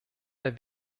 der